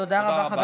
תודה רבה.